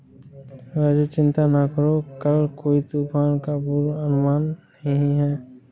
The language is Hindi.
राजू चिंता ना करो कल कोई तूफान का पूर्वानुमान नहीं है